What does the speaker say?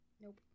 Nope